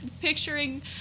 picturing